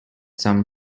some